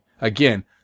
Again